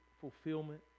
fulfillment